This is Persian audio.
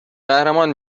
قهرمان